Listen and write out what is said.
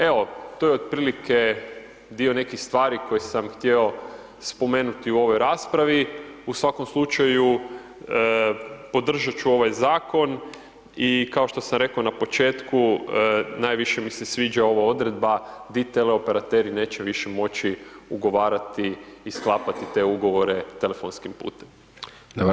Evo to je otprilike dio nekih stvari koje sam htjeo spomenuti u ovoj raspravi, u svakom slučaju podržat ću ovaj zakon i kao što sam rekao na početku najviše mi se sviđa ova odredba di teleoperateri neće više moći ugovarati i sklapati te ugovore telefonskim putem.